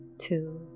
Two